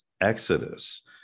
exodus